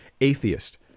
atheist